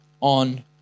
on